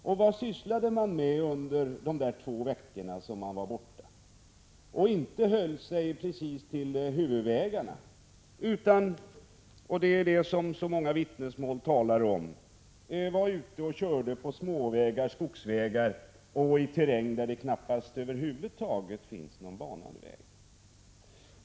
Och vad sysslade man med under de två veckorna i Sverige när man inte höll sig till huvudvägarna? Det finns många vittnesmål om TIR-bilar på småvägar, på skogsvägar och i terräng där det knappast finns någon banad väg över huvud taget.